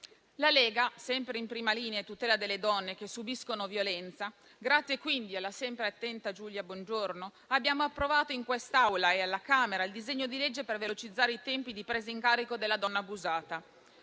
La Lega, sempre in prima linea a tutela delle donne che subiscono violenza e grazie quindi alla sempre attenta Giulia Bongiorno, ha portato all'approvazione, in quest'Aula e alla Camera, del disegno di legge per velocizzare i tempi di presa in carico della donna abusata.